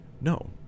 No